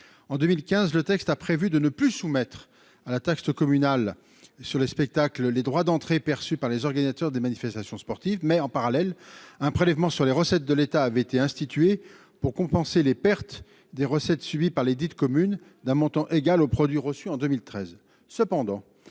en 2015, le texte a prévu de ne plus soumettre à la taxe communale sur les spectacles, les droits d'entrée perçus par les organisateurs des manifestations sportives, mais en parallèle, un prélèvement sur les recettes de l'État avait été institué pour compenser les pertes des recettes, suivie par les dites communes, d'un montant égal au produit reçu en 2013